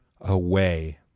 away